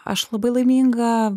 aš labai laiminga